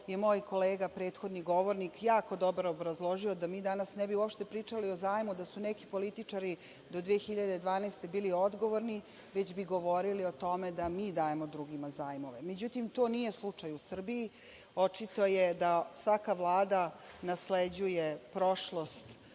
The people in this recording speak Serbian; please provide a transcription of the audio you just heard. što moj kolega prethodni govornik jako dobro obrazložio da mi danas ne bi uopšte pričali o zajmu da su neki političari do 2012. godine bili odgovorni, već bi govorili o tome da mi dajemo drugima zajmove. Međutim, to nije slučaj u Srbiji. Očito je da svaka Vlada nasleđuje prošlost